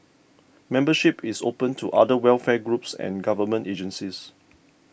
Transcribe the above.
membership is open to other welfare groups and government agencies